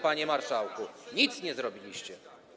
Panie marszałku... ...nic nie zrobiliście.